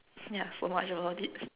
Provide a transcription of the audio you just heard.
yeah so much about it